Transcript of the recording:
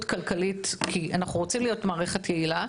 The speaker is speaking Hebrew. כלכלית כי אנחנו רוצים להיות מערכת יעילה,